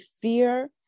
fear